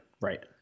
right